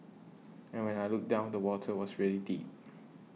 and when I looked down the water was really deep